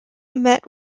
met